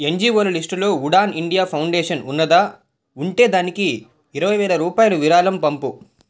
ఎన్జీఓల లిస్టులో Udaan India foundation ఉన్నదా ఉంటే దానికి ఇరవై వేల రూపాయల విరాళం పంపు